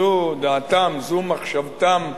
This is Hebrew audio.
זו דעתם, זו מחשבתם,